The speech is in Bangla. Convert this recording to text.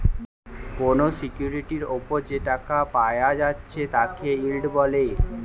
কোনো সিকিউরিটির উপর যে টাকা পায়া যাচ্ছে তাকে ইল্ড বলে